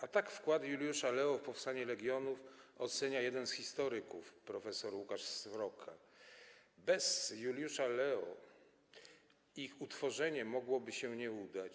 A tak wkład Juliusza Lea w powstanie legionów ocenia jeden z historyków prof. Łukasz Sroka: Bez Juliusza Lea ich utworzenie mogłoby się nie udać.